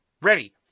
ready